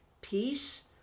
peace